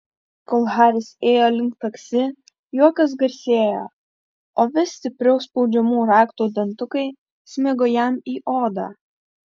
kol haris ėjo link taksi juokas garsėjo o vis stipriau spaudžiamų raktų dantukai smigo jam į odą